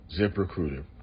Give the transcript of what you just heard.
ZipRecruiter